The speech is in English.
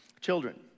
Children